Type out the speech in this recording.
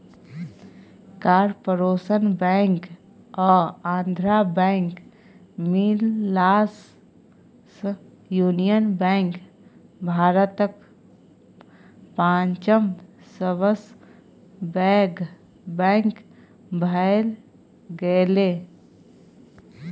corporation Bank आ Andhra Bank मिललासँ Union Bank भारतक पाँचम सबसँ पैघ बैंक भए गेलै